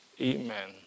Amen